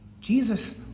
Jesus